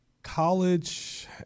College